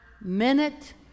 minute